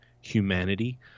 humanity